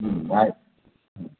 आहेत